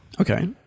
Okay